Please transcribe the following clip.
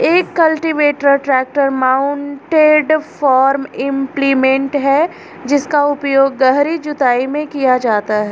एक cultivator tractor mounted farm implement है जिसका उपयोग गहरी जुताई में किया जाता है